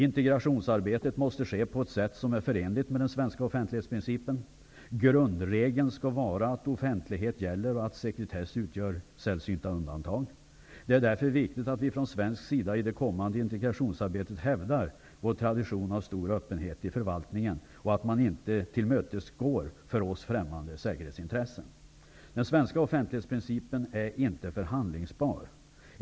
Integrationsarbetet måste ske på ett sätt som är förenligt med den svenska offentlighetsprincipen. Grundregeln skall vara att offentlighet gäller och att sekretess utgör sällsynta undantag. Det är därför viktigt att vi från svensk sida i det kommande integrationsarbetet hävdar vår tradition av stor öppenhet i förvaltningen och att man inte tillmötesgår för oss främmande sekretessintressen. Den svenska offentlighetsprincipen är inte förhandlingsbar.